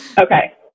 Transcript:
okay